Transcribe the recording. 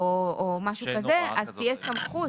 או משהו כזה, אז תהיה סמכות.